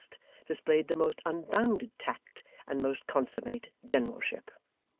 displayed the most unbounded tact and most consummate generalship.